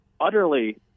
utterly